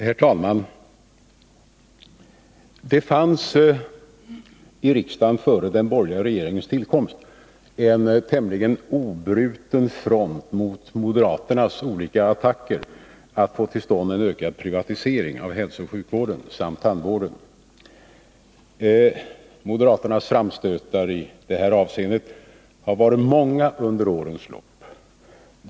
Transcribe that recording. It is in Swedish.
Herr talman! Före den borgerliga regeringens tillkomst fanns det i riksdagen en tämligen obruten front mot moderaternas olika attacker för att få till stånd en ökad privatisering av hälsooch sjukvården samt tandvården. Moderaternas framstötar i detta avseende har varit många under årens lopp.